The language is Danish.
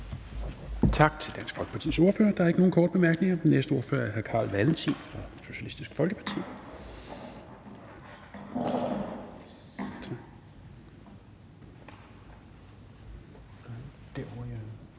Tak til Dansk Folkepartis ordfører. Der er ikke nogen korte bemærkninger. Den næste ordfører er hr. Carl Valentin fra Socialistisk Folkeparti.